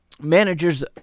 Managers